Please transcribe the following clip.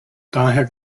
daher